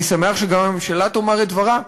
אני שמח שגם הממשלה תאמר את דברה,